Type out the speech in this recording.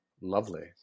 lovely